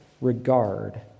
regard